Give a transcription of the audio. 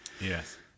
Yes